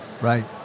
Right